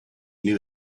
knew